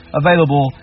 available